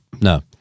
no